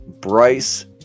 Bryce